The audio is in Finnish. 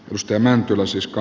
mustia mäntylä sis ka